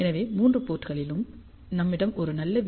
எனவே மூன்று போர்ட்களிலும் நம்மிடம் ஒரு நல்ல வி